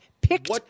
picked